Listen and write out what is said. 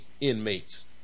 inmates